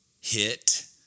hit